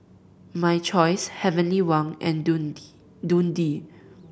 My Choice Heavenly Wang and Dundee